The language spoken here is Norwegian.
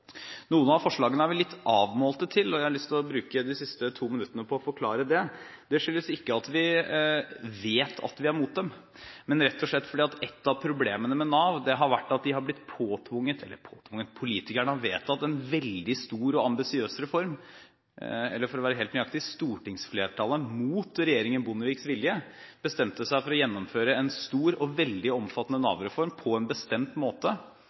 Noen av forslagene er vi litt avmålte til, og jeg har lyst til å bruke de siste to minuttene på å forklare det. Det skyldes ikke at vi vet at vi er mot dem, men rett og slett at et av problemene med Nav har vært at de har blitt påtvunget – politikerne har vedtatt – en veldig stor og ambisiøs reform – eller for å være helt nøyaktig: Stortingsflertallet bestemte seg, mot regjeringen Bondeviks vilje, for å gjennomføre en stor og veldig omfattende Nav-reform på en bestemt måte,